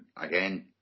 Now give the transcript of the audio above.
again